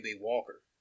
Walker